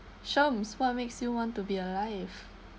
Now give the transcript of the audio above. shams what makes you want to be alive